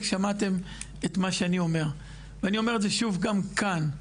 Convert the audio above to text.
שמעתם את מה שאני אומר ואני אומר את זה שוב גם כאן.